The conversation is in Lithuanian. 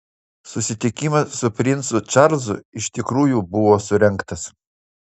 susitikimas su princu čarlzu iš tikrųjų buvo surengtas